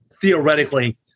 theoretically